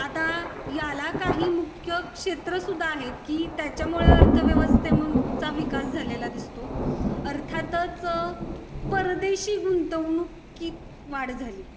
आता याला काही मुख्य क्षेत्रं सुद्धा आहेत की त्याच्यामुळे अर्थव्यवस्थेचा विकास झालेला दिसतो अर्थातच परदेशी गुंतवणुकीत वाढ झाली